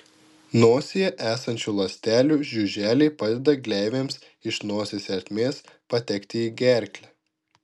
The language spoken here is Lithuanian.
nosyje esančių ląstelių žiuželiai padeda gleivėms iš nosies ertmės patekti į gerklę